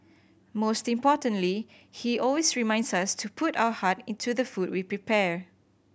most importantly he always reminds us to put our heart into the food we prepare